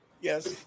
Yes